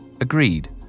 Agreed